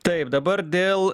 taip dabar dėl